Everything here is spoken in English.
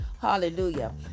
Hallelujah